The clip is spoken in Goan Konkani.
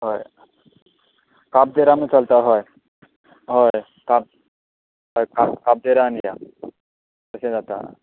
हय काब्देरामूय चलता हय हय काब हय काब काब्देराम या तशें जाता